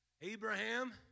Abraham